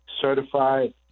certified